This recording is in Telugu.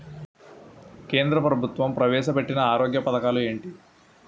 కేంద్ర ప్రభుత్వం ప్రవేశ పెట్టిన ఆరోగ్య పథకాలు ఎంటి?